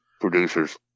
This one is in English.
Producers